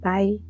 Bye